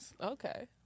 Okay